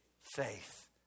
faith